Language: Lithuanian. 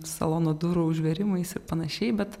salono durų užvėrimais ir panašiai bet